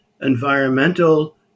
environmental